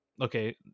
okay